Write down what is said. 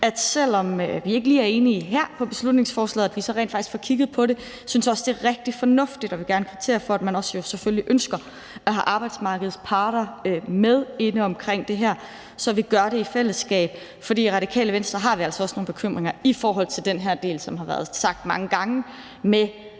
vi, selv om vi ikke lige er enige her om beslutningsforslaget, rent faktisk får kigget på det. Jeg synes også, det er rigtig fornuftigt, og vil gerne kvittere for, at man selvfølgelig ønsker at have arbejdsmarkedets parter med inde omkring det her, så vi gør det i fællesskab. For i Radikale Venstre har vi altså også nogle bekymringer i forhold til den her del, som har været nævnt mange gange, med,